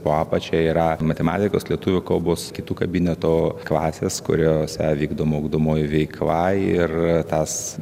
po apačia yra matematikos lietuvių kalbos kitų kabineto klasės kuriose vykdoma ugdomoji veikla ir tas